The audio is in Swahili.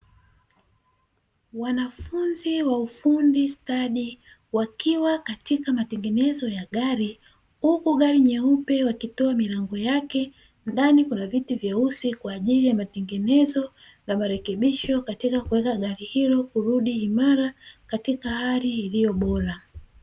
Wanafunzi wa ufundi stadi wakiwa katika matengenezo ya gari, huku gari nyeupe wakitoa milango yake. Ndani kuna viti vyeusi kwa ajili ya matengenezo na marekebisho katika kuweka gari hilo kurudi imara katika hali iliyo bora.